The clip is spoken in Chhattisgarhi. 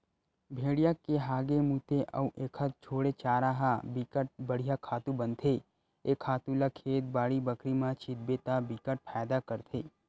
भेड़िया के हागे, मूते अउ एखर छोड़े चारा ह बिकट बड़िहा खातू बनथे ए खातू ल खेत, बाड़ी बखरी म छितबे त बिकट फायदा करथे